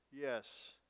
yes